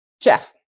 Jeff